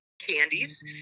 candies